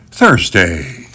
Thursday